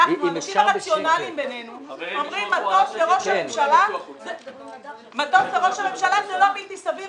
האנשים הרציונליים בינינו אומרים: מטוס לראש הממשלה זה לא בלתי סביר.